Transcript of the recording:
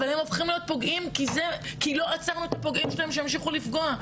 אבל הם הופכים להיות פוגעים כי לא עצרנו את הפוגעים שלהם שהמשיכו לפגוע,